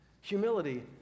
Humility